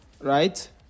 right